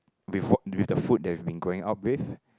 with with the food that we've been growing up with